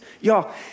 y'all